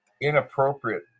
inappropriate